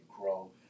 grow